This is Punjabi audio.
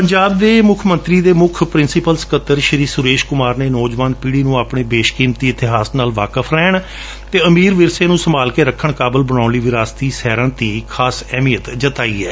ਪੰਜਾਬ ਦੇ ਮੁੱਖ ਮੰਤਰੀ ਦੇ ਮੁੱਖ ਪ੍ਰਿੰਸੀਪਲ ਸਕੱਤਰ ਸ਼੍ੀ ਸੁਰੇਸ਼ ਕੁਮਾਰ ਨੇ ਨੌਜਵਾਨ ਪੀੜ੍ੀ ਨੂੰ ਆਪਣੇ ਬੇਸ਼ਕੀਮਤੀ ਇਤਿਹਾਸ ਨਾਲ ਵਾਕਫ ਰਹਿਣ ਅਤੇ ਅਮੀਰ ਵਿਰਸੇ ਨੂੰ ਸੰਭਾਲ ਕੇ ਰੱਖਣ ਕਾਬਲ ਬਣਾਉਣ ਲਈ ਵਿਰਾਸਤੀ ਸੈਰਾਂ ਦੀ ਖਾਸ ਅਹਿਮੀਅਤ ਜਤਾਈ ਹੈ